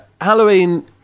Halloween